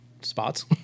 spots